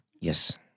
Yes